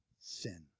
sin